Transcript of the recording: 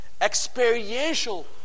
experiential